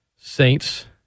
Saints